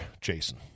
Jason